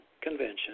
convention